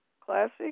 Classic